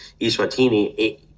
Iswatini